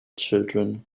children